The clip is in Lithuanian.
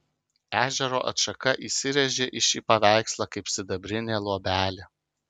ežero atšaka įsirėžė į šį paveikslą kaip sidabrinė luobelė